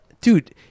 Dude